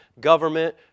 government